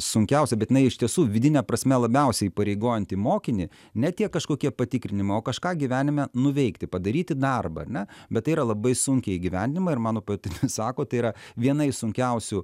sunkiausia bet jinai iš tiesų vidine prasme labiausiai įpareigojanti mokinį ne tie kažkokie patikrinimai o kažką gyvenime nuveikti padaryti darbą ar ne bet tai yra labai sunkiai įgyvendinama ir mano patirtis sako tai yra viena iš sunkiausių